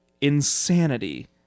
insanity